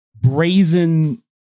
brazen